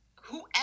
whoever